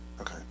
Okay